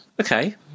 Okay